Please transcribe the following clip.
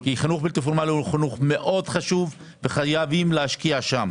כי חינוך בלתי פורמלי הוא חינוך מאוד חשוב וחייבים להשקיע שם.